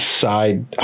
side